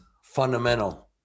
fundamental